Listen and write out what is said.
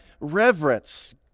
reverence